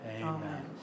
amen